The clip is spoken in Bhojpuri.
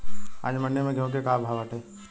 आज मंडी में गेहूँ के का भाव बाटे?